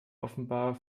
offenbar